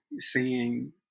seeing